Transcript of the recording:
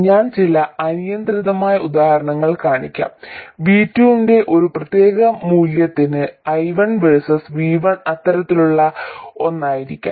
ഞാൻ ചില അനിയന്ത്രിതമായ ഉദാഹരണങ്ങൾ കാണിക്കും V2 ന്റെ ഒരു പ്രത്യേക മൂല്യത്തിന് I1 വേഴ്സസ് V1 അത്തരത്തിലുള്ള ഒന്നായിരിക്കാം